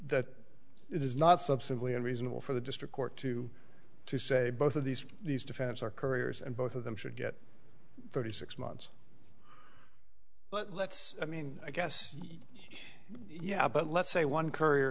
it is not substantively unreasonable for the district court to to say both of these these defendants are couriers and both of them should get thirty six months but let's i mean i guess yeah but let's say one courier